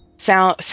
Sound